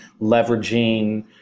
leveraging